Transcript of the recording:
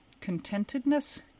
contentedness